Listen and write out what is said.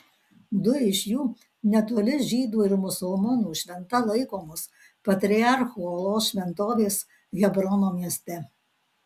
du iš jų netoli žydų ir musulmonų šventa laikomos patriarchų olos šventovės hebrono mieste